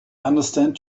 understand